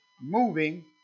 moving